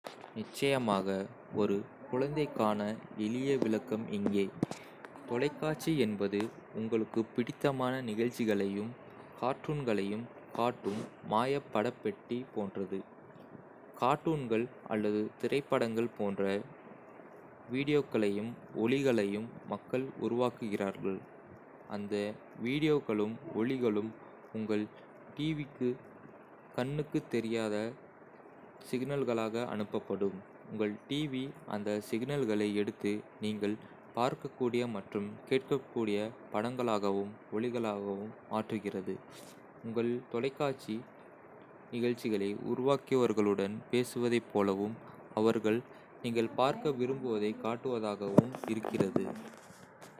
நிச்சயமாக! ஒரு குழந்தைக்கான எளிய விளக்கம் இங்கே. தொலைக்காட்சி என்பது உங்களுக்குப் பிடித்தமான நிகழ்ச்சிகளையும் கார்ட்டூன்களையும் காட்டும் மாயப் படப் பெட்டி போன்றது. கார்ட்டூன்கள் அல்லது திரைப்படங்கள் போன்ற வீடியோக்களையும் ஒலிகளையும் மக்கள் உருவாக்குகிறார்கள். அந்த வீடியோக்களும் ஒலிகளும் உங்கள் டிவிக்கு கண்ணுக்கு தெரியாத சிக்னல்களாக அனுப்பப்படும். உங்கள் டிவி அந்த சிக்னல்களை எடுத்து, நீங்கள் பார்க்கக்கூடிய மற்றும் கேட்கக்கூடிய படங்களாகவும் ஒலிகளாகவும் மாற்றுகிறது. உங்கள் டிவி நிகழ்ச்சிகளை உருவாக்கியவர்களுடன் பேசுவதைப் போலவும், அவர்கள் நீங்கள் பார்க்க விரும்புவதைக் காட்டுவதாகவும் இருக்கிறது.